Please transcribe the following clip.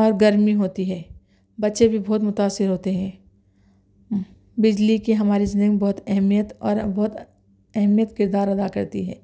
اور گرمی ہوتی ہے بچے بھی بہت متاثر ہوتے ہیں بجلی کی ہماری زندگی میں بہت اہمیت اور اب بہت اہمیت کردار ادا کرتی ہے